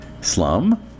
slum